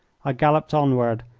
i galloped onward,